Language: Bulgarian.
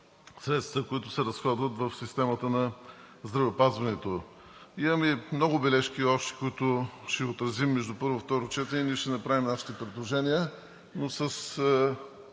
средствата, които се разходват в системата на здравеопазването. Имаме и още много бележки, които ще отразим между първо и второ четене. Ние ще направим нашите предложения, но с